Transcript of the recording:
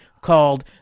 called